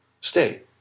Stay